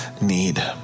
need